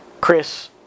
Chris